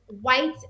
White